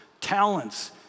talents